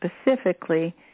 specifically